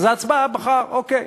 אז ההצבעה מחר, אוקיי,